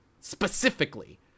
specifically